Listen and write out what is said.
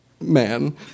man